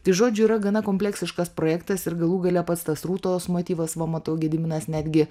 tai žodžiu yra gana kompleksiškas projektas ir galų gale pats tas rūtos motyvas va matau gediminas netgi